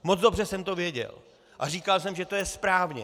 Moc dobře jsem to věděl a říkal jsem, že to je správně!